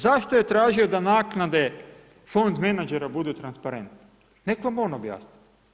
Zašto je tražio da naknade fond menadžera budu transparente, nek vam on objasni.